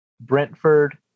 Brentford